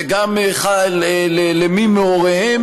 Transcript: וגם למי מהוריהם,